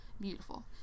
Beautiful